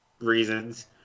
reasons